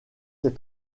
sais